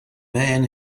man